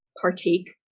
partake